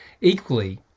Equally